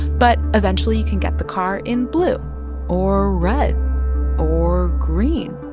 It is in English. but eventually, you can get the car in blue or red or green.